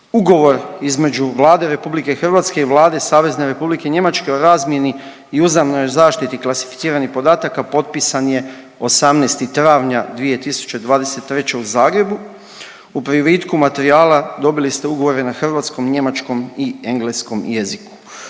Ugovor između Vlade RH i Vlade Savezne Republike Njemačke o razmjeni i uzajamnoj zaštiti klasificiranih podataka potpisan je 18. travnja 2023. u Zagrebu. U privitku materijala dobili ste ugovore na hrvatskom, njemačkom i engleskom jeziku.